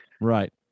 right